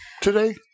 today